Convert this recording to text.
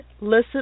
listen